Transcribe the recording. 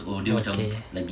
okay